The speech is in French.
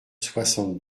soixante